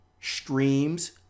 streams